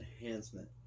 Enhancement